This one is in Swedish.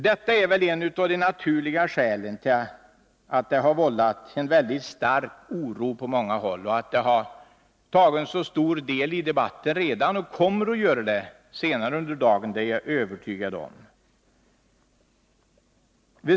Detta är ett av de naturliga skälen till att det har blivit mycket stark oro på många håll och att förslaget har tagit så stort utrymme i debatten redan och kommer att göra det senare under dagen — det är jag övertygad om.